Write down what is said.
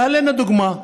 להלן הדוגמה: